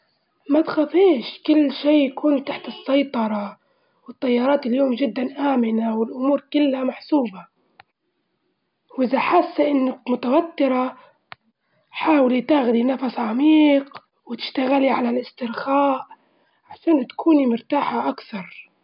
ما تخافيش كل شيء يكون تحت السيطرة، والطيارات اليوم جدًا آمنة والأمور كلها محسوبة، وإذا حاسة إنك متوترة حاولي تاخدي نفس عميق وتشتغلي على الاسترخاء، عشان تكوني مرتاحة أكثر.